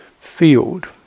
field